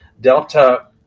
Delta